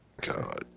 God